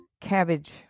Cabbage